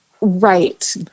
Right